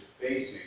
facing